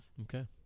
Okay